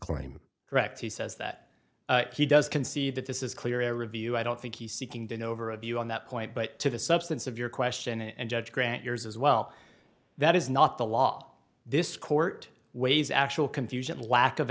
claim correct he says that he does concede that this is clearly a review i don't think he's seeking to know over a view on that point but to the substance of your question and judge grant yours as well that is not the law this court weighs actual confusion lack of